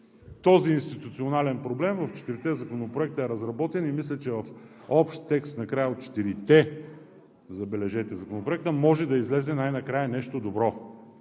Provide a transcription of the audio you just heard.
този институционален проблем в четирите законопроекта е разработен и мисля, че в общ текст от четирите, забележете, законопроекта може да излезе най-накрая нещо добро.